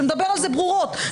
שמדבר על זה ברורות,